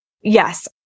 Yes